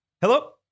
Hello